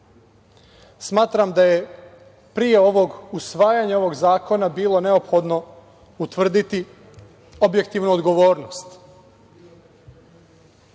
smatram da je pre ovog usvajanja zakona bilo neophodno utvrditi objektivnu odgovornost.